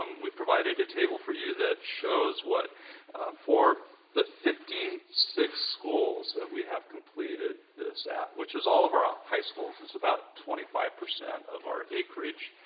um we've provided a table for you that shows what for the fifty six schools that we have completed this at which is all of our ah high schools. it's about twenty five percent of our acreage,